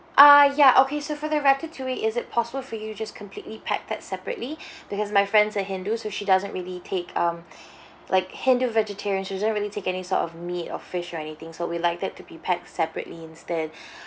uh ya okay so for the ratatouille is it possible for you to just completely pack that separately because my friend's a hindu so she doesn't really take um like hindu vegetarian she doesn't really take any sort of meat or fish or anything so we'd like it to be packed separately instead